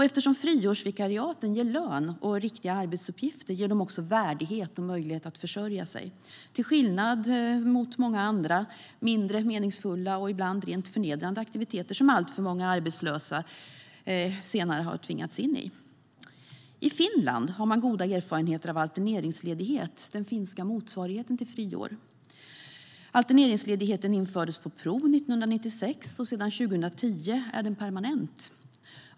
Eftersom friårsvikariaten ger lön och riktiga arbetsuppgifter ger de också värdighet och möjlighet att försörja sig, till skillnad från många andra mindre meningsfulla och ibland rent förnedrande aktiviteter som alltför många arbetslösa senare har tvingats in i. I Finland har man goda erfarenheter av alterneringsledighet, den finska motsvarigheten till friår. Alterneringsledighet infördes på prov 1996, och sedan 2010 är den permanent.